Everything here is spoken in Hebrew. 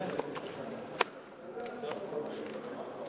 התרבות והספורט נתקבלה.